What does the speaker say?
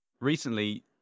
Recently